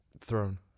throne